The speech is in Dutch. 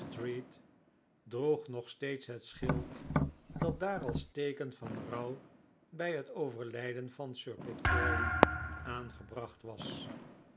droeg nog steeds het schild dat daar als teeken van rouw bij het overlijden van sir pitt crawley aangebracht was